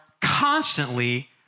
constantly